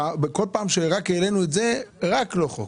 כל פעם שהעלינו את זה אמרתם רק לא חוק.